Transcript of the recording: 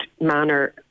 manner